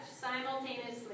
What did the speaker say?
simultaneously